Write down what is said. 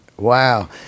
Wow